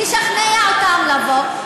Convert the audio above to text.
לשכנע אותם לבוא.